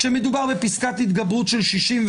כשמדובר בפסקת התגברות של 61,